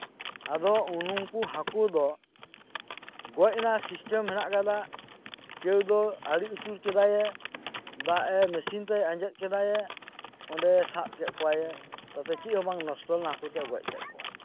ᱟᱫᱚ ᱩᱱᱠᱩ ᱦᱟᱹᱠᱩ ᱫᱚ ᱜᱚᱡ ᱨᱮᱱᱟᱜ ᱥᱤᱥᱴᱮᱢ ᱢᱮᱱᱟᱜ ᱟᱠᱟᱫᱟ ᱠᱮᱣᱫᱚ ᱟᱲᱮ ᱟᱹᱪᱩᱨ ᱠᱮᱫᱟᱭᱮ ᱫᱟᱜ ᱮ ᱢᱮᱥᱤᱱ ᱛᱮᱭ ᱟᱸᱡᱮᱫ ᱠᱮᱫᱟᱭᱮ ᱚᱸᱰᱮᱭ ᱥᱟᱵᱠᱮᱫ ᱠᱚᱣᱟᱭᱮ ᱛᱚᱵᱮ ᱪᱮᱫᱦᱚᱸ ᱵᱟᱝ ᱱᱚᱥᱴᱚᱞᱮᱱᱟ ᱦᱟ ᱠᱩᱛᱮᱫ ᱮ ᱜᱚᱡ ᱠᱮᱫ ᱠᱚᱣᱟ